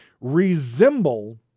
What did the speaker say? resemble